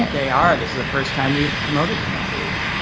they are. this is the first time we've promoted them i believe.